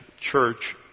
church